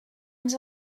ens